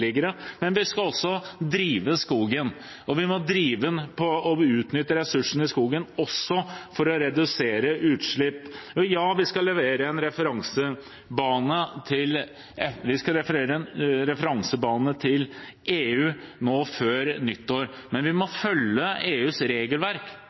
tidligere, men vi skal også drive skogen. Vi må drive den og utnytte ressursene i skogen, også for å redusere utslipp. Ja, vi skal referere en referansebane til EU før nyttår, men vi